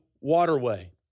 waterway